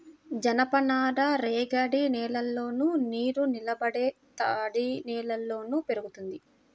జనపనార రేగడి నేలల్లోను, నీరునిలబడే తడినేలల్లో పెరుగుతుంది